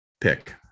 pick